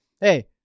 hey